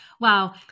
Wow